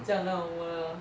这样要我的